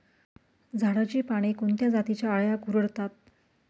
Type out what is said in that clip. झाडाची पाने कोणत्या जातीच्या अळ्या कुरडतात?